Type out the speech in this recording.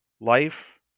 Life